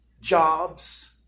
jobs